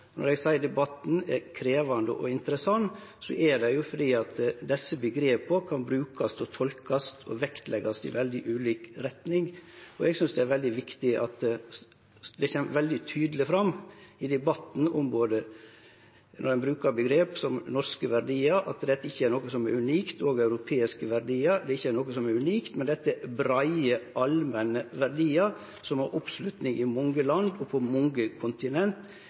Når eg seier at debatten er krevjande og interessant, er det fordi desse omgrepa kan brukast, tolkast og vektleggjast i veldig ulik retning. Det kjem veldig tydeleg fram i debatten når ein brukar uttrykk som «norske verdiar» og «europeiske verdiar», at dette ikkje er noko som er unikt, men at dette er breie, allmenne verdiar som har oppslutning i mange land og på mange kontinent,